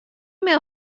mail